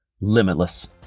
limitless